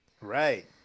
right